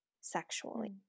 sexually